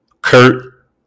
Kurt